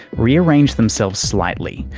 rearrange themselves slightly,